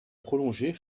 prolongée